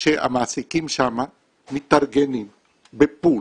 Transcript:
שהמעסיקים שם מתארגנים בפול